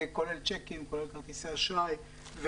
כולל צ'קים וכרטיסי אשראי.